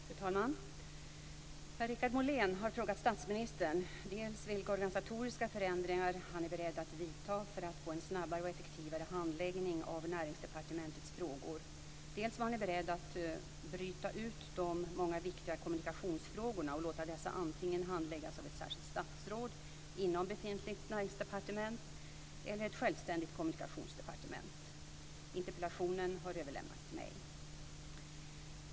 Fru talman! Per-Richard Molén har frågat statsministern dels vilka organisatoriska förändringar han är beredd att vidta för att få en snabbare och effektivare handläggning av Näringsdepartementets frågor, dels om han är beredd att bryta ut de många viktiga kommunikationsfrågorna och låta dessa antingen handläggas av ett särskilt statsråd inom befintligt näringsdepartement eller ett självständigt kommunikationsdepartement. Interpellationen har överlämnats till mig.